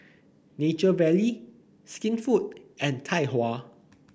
Nature Valley Skinfood and Tai Hua